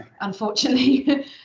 unfortunately